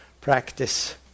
practice